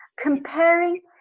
Comparing